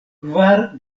kvar